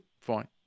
fine